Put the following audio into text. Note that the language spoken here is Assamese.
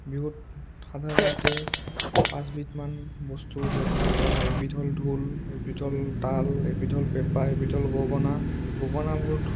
বিহুত সাধাৰণতে পাঁচবিধমান বস্তু ব্যৱহাৰ কৰা হয় এবিধ হ'ল ঢোল এবিধ হ'ল তাল এবিধ হ'ল পেঁপা এবিধ হ'ল গগনা গগনাবোৰ